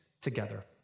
together